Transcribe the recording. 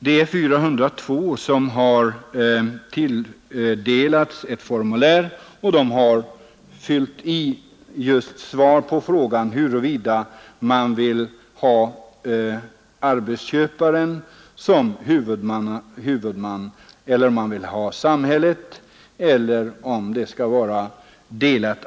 Det delades då ut formulär till 402 personer, som fyllde i svar på frågan huruvida de ville ha arbetsköparen som huvudman, om samhället skulle vara huvudman eller om ansvaret skulle vara delat.